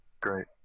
Great